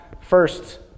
first